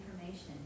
information